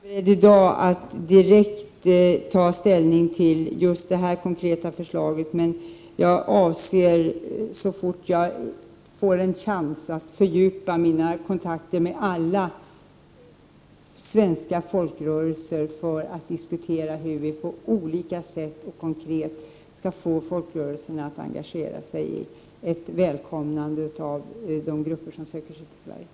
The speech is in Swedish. Herr talman! Jag är inte beredd att i dag direkt ta ställning till just det här konkreta förslaget. Så fort jag får en chans avser jag emellertid att fördjupa mina kontakter med alla svenska folkrörelser, för att diskutera hur vi på olika sätt skall få folkrörelserna att konkret engagera sig i ett välkomnande av de grupper som söker sig till Sverige.